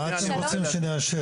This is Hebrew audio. מה אתם רוצים שנאשר?